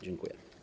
Dziękuję.